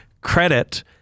Credit